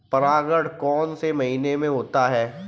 परागण कौन से महीने में होता है?